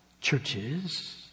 churches